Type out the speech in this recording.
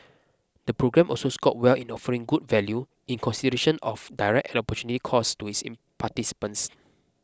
the programme also scored well in offering good value in consideration of direct opportunity costs to its in participants